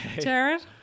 Jared